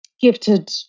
gifted